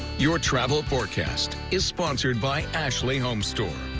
your travel forecast is sponsored by ashley homestore.